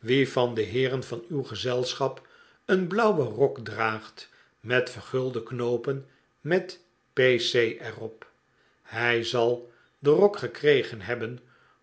wie van de heeren van uw gezelschap een blauwen rok draagt met vergulde knoopen met p c er op hij zal den rok gekregen hebben